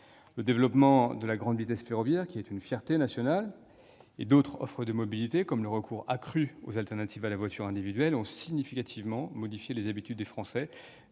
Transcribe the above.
Le développement de la grande vitesse ferroviaire, qui est une fierté nationale, et d'autres offres de mobilité, comme le recours accru aux alternatives à la voiture individuelle, ont significativement modifié les habitudes des Français